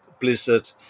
blizzard